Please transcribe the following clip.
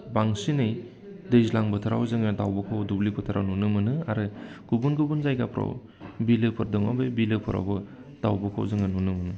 बांसिनै दैज्लां बोथोराव जोङो दाउब'खौ दुब्लि फोथाराव नुनो मोनो आरो गुबुन गुबुन जायगाफ्राव बिलोफोर दङ बै बिलोफोरावबो दाउब'खौ जोङो नुनो मोनो